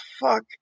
fuck